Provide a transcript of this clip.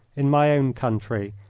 in my own country,